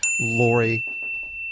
Lori